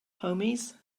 homies